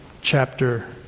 chapter